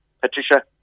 Patricia